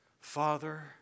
Father